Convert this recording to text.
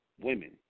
women